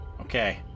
Okay